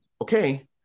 okay